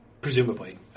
presumably